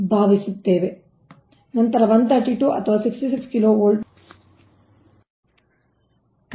ನಂತರ 132 ಅಥವಾ 66 kV ನಿಂದ ಅದು ಮತ್ತಷ್ಟು ಕೆಳಗಿಳಿಯುತ್ತದೆ